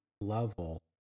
level